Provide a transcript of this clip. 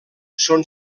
són